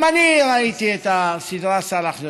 גם אני ראיתי את הסדרה סאלח,